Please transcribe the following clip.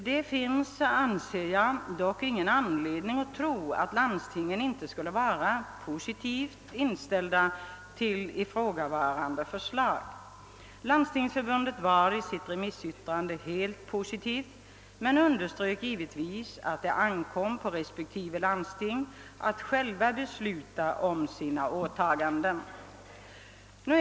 Det finns, anser jag dock, ingen anledning att tro att landstingen inte skulle vara positivt inställda till ifrågavarande förslag. Landstingsförbundet var i sitt remissyttrande helt positivt men underströk givetvis att det ankom på respektive landsting att själva besluta om sina åtaganden.